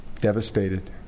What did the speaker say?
Devastated